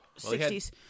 60s